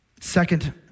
Second